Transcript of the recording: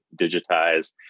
digitize